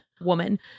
Woman